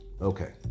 Okay